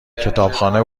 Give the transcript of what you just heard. کتابخانه